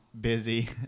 busy